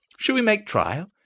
shall we make trial?